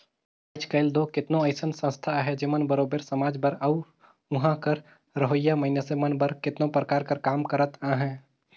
आएज काएल दो केतनो अइसन संस्था अहें जेमन बरोबेर समाज बर अउ उहां कर रहोइया मइनसे मन बर केतनो परकार कर काम करत अहें